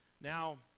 now